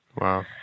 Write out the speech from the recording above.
Wow